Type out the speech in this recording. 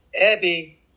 Abby